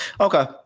Okay